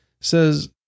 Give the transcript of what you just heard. says